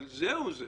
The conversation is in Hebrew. אבל זהו זה.